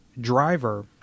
driver